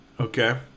Okay